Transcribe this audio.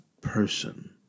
person